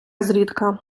зрідка